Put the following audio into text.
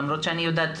למרות שאני יודעת,